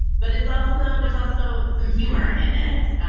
but it's also there is also some humor in it,